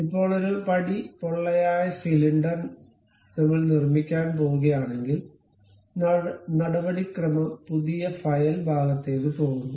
ഇപ്പോൾ ഒരു പടി പൊള്ളയായ സിലിണ്ടർ ഞങ്ങൾ നിർമ്മിക്കാൻ പോകുകയാണെങ്കിൽ നടപടിക്രമം പുതിയ ഫയൽ ഭാഗത്തേക്ക് പോകുന്നു